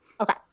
Okay